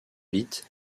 vite